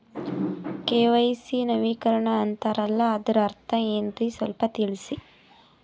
KYC ನವೀಕರಣ ಅಂತಾರಲ್ಲ ಅದರ ಅರ್ಥ ಏನ್ರಿ ಸ್ವಲ್ಪ ತಿಳಸಿ?